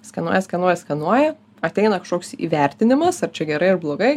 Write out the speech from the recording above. skenuoja skenuoja skenuoja ateina kažkoks įvertinimas ar čia gerai ar blogai